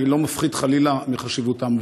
אני לא מפחית חלילה מחשיבותם,